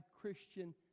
Christian